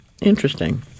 interesting